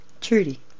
Trudy